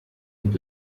und